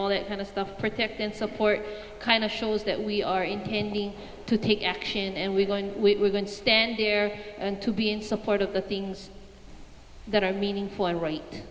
all that kind of stuff protect and support kind of shows that we are intending to take action and we're going we're going to stand here and to be in support of the things that are meaning